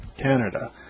Canada